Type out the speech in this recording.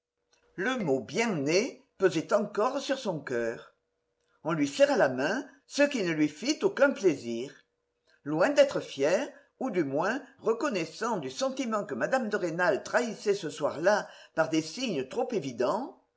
le mot bien nés pesait encore sur son coeur on lui serra la main ce qui ne lui fit aucun plaisir loin d'être fier ou du moins reconnaissant du sentiment que mme de rênal trahissait ce soir-là par des signes trop évidents